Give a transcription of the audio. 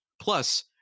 Plus